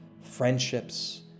friendships